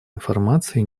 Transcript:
информации